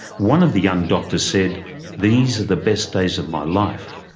one of the young doctors said these are the best days of my life.